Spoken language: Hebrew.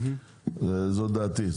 זאת דעתי.